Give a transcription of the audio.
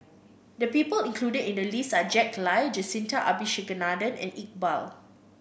the people included in the list are Jack Lai Jacintha Abisheganaden and Iqbal